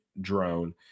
drone